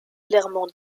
clairement